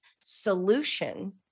solution